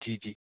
जी जी